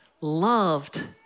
loved